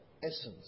essence